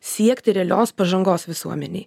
siekti realios pažangos visuomenėj